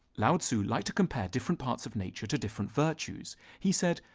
lao tzu liked to compare different parts of nature to different virtues. he said,